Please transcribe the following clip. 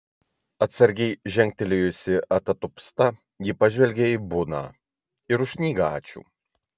atsargiai žengtelėjusi atatupsta ji pažvelgė į buną ir už knygą ačiū